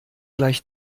gleich